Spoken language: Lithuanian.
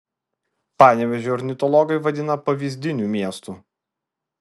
panevėžį ornitologai vadina pavyzdiniu miestu